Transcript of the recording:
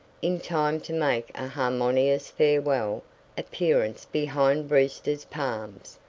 in time to make a harmonious farewell appearance behind brewster's palms,